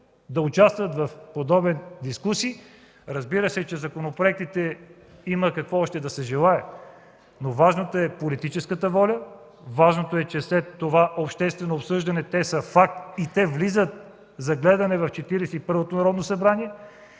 да участват в такива дискусии. Разбира се, че по законопроектите има какво още да се желае, но важна е политическата воля. Важно е, че след това обществено обсъждане те са факт и влизат за гледане в Четиридесет